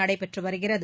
நடைபெற்று வருகிறது